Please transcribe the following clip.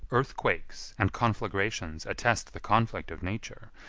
earthquakes, and conflagrations attest the conflict of nature,